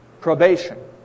Probation